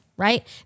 right